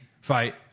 fight